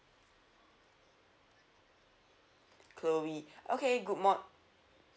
chloe okay good mor~